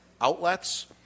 outlets